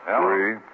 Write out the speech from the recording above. Three